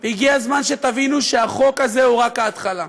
הגיע הזמן שתבינו שהחוק הזה הוא רק ההתחלה.